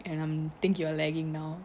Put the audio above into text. and I'm think you are lagging now